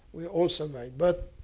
we all survived. but,